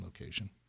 location